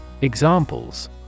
Examples